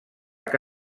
que